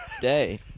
day